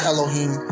Elohim